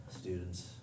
students